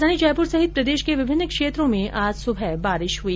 राजधानी जयपुर सहित प्रदेश के विभिन्न क्षेत्रों में आज सुबह बारिश हुई